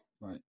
Right